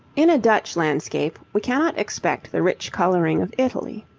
in a dutch landscape we cannot expect the rich colouring of italy.